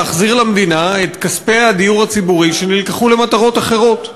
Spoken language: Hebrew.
להחזיר למדינה את כספי הדיור הציבורי שנלקחו למטרות אחרות.